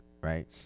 right